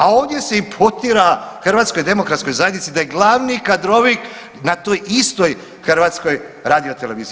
A ovdje se imputira HDZ-u da je glavni kadrovik na toj istoj HRT-u.